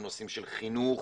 לנושאים של חינוך,